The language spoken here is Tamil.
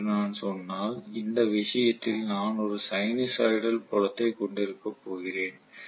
என்று நான் சொன்னால் இந்த விஷயத்தில் நான் ஒரு சைனூசாய்டல் புலத்தை கொண்டிருக்கப் போகிறேன்